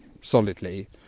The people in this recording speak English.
solidly